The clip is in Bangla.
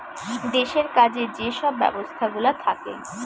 দেশের কাজে যে সব ব্যবস্থাগুলা থাকে